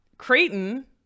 Creighton